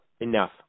Enough